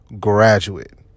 graduate